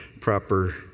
proper